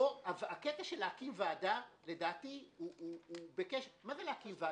הקטע של להקים ועדה לדעתי הוא -- -מה זה להקים ועדה?